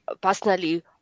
personally